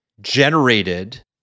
generated